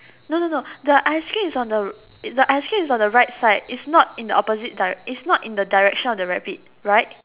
no no no the ice cream is on the the ice cream is on the right it's not in the opposite it's not in the direction of the rabbit right